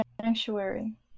sanctuary